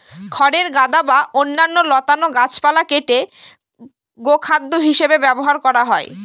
খড়ের গাদা বা অন্যান্য লতানো গাছপালা কেটে গোখাদ্য হিসাবে ব্যবহার করা হয়